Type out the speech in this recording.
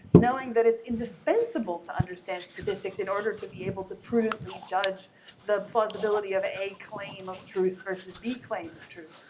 knowing that it's indispensable to understand statistics in order to be able to prudently judge the plausibility of a claim of truth versus b claim of truth.